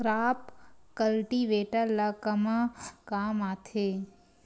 Crop cultivator ला कमा काम आथे?